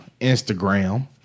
Instagram